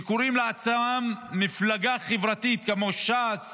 קוראות לעצמן "מפלגות חברתית", כמו ש"ס